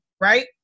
right